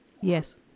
Yes